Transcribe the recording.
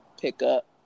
pickup